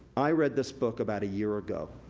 i read this book about a year ago.